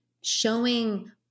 showing